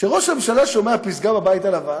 כשראש הממשלה שומע "פסגה בבית הלבן",